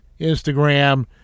Instagram